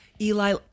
Eli